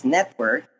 Network